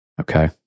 Okay